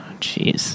Jeez